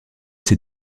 ses